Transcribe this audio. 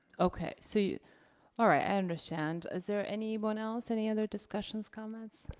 okay, so you, all right, i understand. is there anyone else? any other discussions, comments?